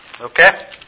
okay